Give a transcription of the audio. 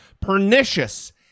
pernicious